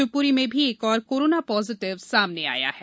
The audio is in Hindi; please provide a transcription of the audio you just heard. शिवपुरी में भी एक और कोरोना पॉजिटिव सामने आया है